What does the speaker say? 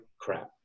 crap